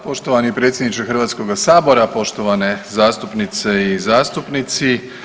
Poštovani predsjedniče HS-a, poštovane zastupnice i zastupnici.